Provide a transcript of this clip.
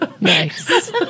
Nice